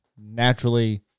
naturally